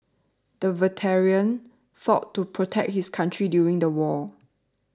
the veteran fought to protect his country during the war